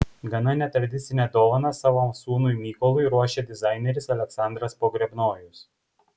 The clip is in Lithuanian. gana netradicinę dovaną savo sūnui mykolui ruošia dizaineris aleksandras pogrebnojus